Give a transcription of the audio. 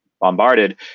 bombarded